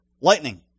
Lightning